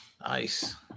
Nice